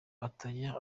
atajya